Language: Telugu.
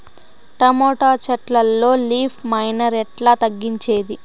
టమోటా చెట్లల్లో లీఫ్ మైనర్ ఎట్లా తగ్గించేది?